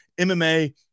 MMA